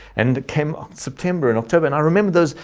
and came september and october. and i remember those,